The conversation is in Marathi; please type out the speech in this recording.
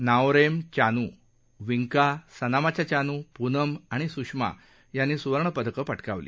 नाओरेम चानू विंका सनामाचा चानू पूनम आणि स्षमा यांनी स्वर्णपदकं पटकावली